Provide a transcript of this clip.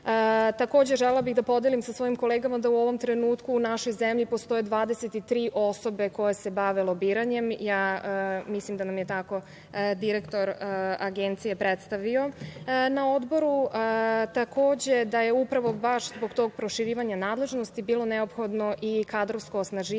želela bih da podelim sa svojim kolegama da u ovom trenutku u našoj zemlji postoje 23 osobe koje se bave lobiranjem. Mislim da nam je tako direktor Agencije predstavio na Odboru. Takođe, da je upravo baš zbog tog proširivanja nadležnosti bilo neophodno i kadrovsko osnaživanje